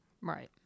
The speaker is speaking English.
Right